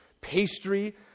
pastry